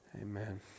Amen